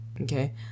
okay